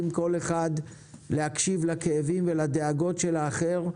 כל אחד להקשיב לכאבים ולדאגות של האחר,